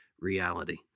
Reality